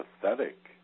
pathetic